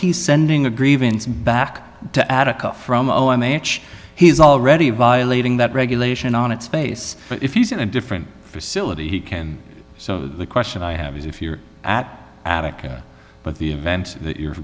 he's sending a grievance back to attica from oh i'm h he's already violating that regulation on its face if he's in a different facility he can the question i have is if you're at attica but the events that you're